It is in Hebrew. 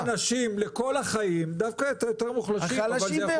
מה שאני רוצה להגיד,